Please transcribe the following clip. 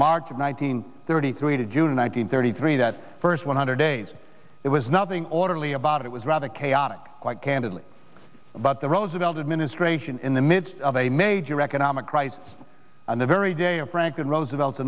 hundred thirty three to june one hundred thirty three that first one hundred days it was nothing orderly about it was rather chaotic quite candidly about the roosevelt administration in the midst of a major economic crisis and the very day of franklin roosevelt